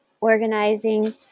organizing